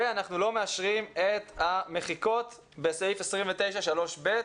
ואנחנו לא מאשרים את המחיקות בסעיף 29(3)(ב),